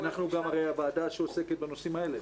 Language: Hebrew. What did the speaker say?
אנחנו גם הרי הוועדה שעוסקת בנושאים האלה.